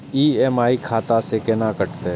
EMI खाता से केना कटते?